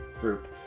group